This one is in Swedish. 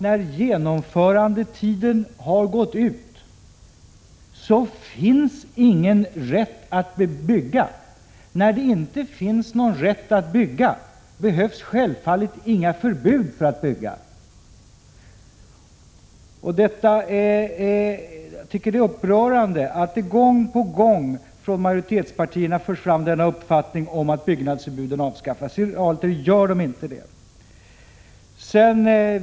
När genomförandetiden har gått ut finns det ju ingen rätt att bygga, och när det inte finns någon rätt att bygga behövs det självfallet inget förbud mot att bygga. Jag tycker det är upprörande att man från majoritetspartiernas sida gång på gång för fram uppfattningen att byggnadsförbuden avskaffas. Realiter blir det inte så.